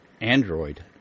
Android